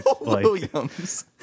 Williams